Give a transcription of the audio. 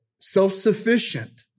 self-sufficient